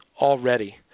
already